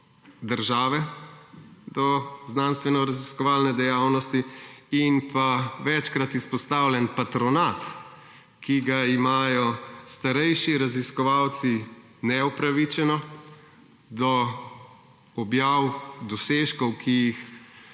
države do znanstvenoraziskovalne dejavnosti in večkrat izpostavljen patronat, ki ga imajo starejši raziskovalci neupravičeno do objav dosežkov, ki jih